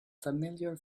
familiar